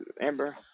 Amber